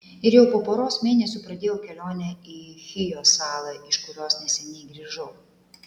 ir jau po poros mėnesių pradėjau kelionę į chijo salą iš kurios neseniai grįžau